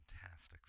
Fantastic